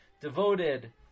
devoted